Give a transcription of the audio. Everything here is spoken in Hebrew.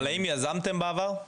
האם יזמתם בעבר?